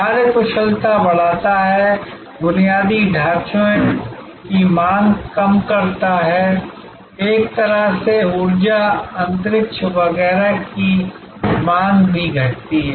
कार्यकुशलता बढ़ाता है बुनियादी ढाँचे की माँग कम करता है एक तरह से ऊर्जा अंतरिक्ष वगैरह की माँग भी घटती है